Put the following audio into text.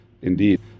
Indeed